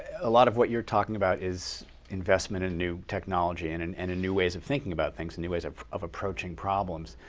a lot of what you're talking about is investment in new technology and and and new ways of thinking about things and new ways of of approaching problems.